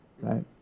right